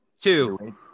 two